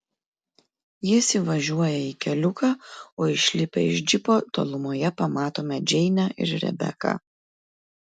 jis įvažiuoja į keliuką o išlipę iš džipo tolumoje pamatome džeinę ir rebeką